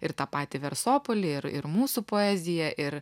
ir tą patį versopolį ir ir mūsų poeziją ir